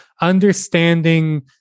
understanding